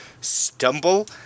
stumble